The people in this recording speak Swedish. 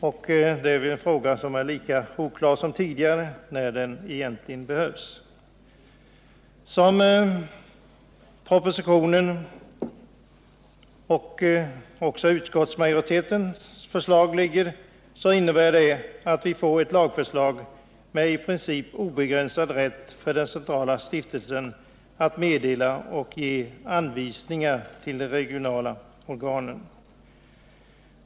Frågan är därmed lika oklar som tidigare. Propositionen och utskottsmajoritetens förslag innebär att vi får ett lagförslag med i princip obegränsad rätt för den centrala stiftelsen att meddela och ge anvisningar till de regionala organen.